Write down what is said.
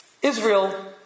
Israel